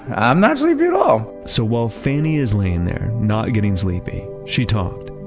i'm not sleepy at all so while fannie is laying there not getting sleepy, she talked.